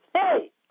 hey